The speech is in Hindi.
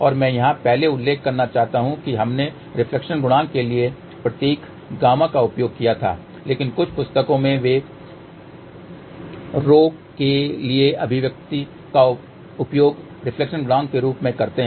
और मैं यहाँ पहले उल्लेख करना चाहता हूं कि हमने रिफ्लेक्शन गुणांक के लिए प्रतीक गामा का उपयोग किया था लेकिन कुछ पुस्तकों में वे आरएचओ के लिए अभिव्यक्ति का उपयोग रिफ्लेक्शन गुणांक के रूप में करते हैं